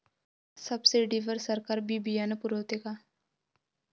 Subsidy वर सरकार बी बियानं पुरवते का?